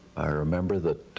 i remember that